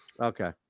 okay